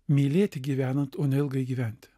mylėti gyvenant o ne ilgai gyventi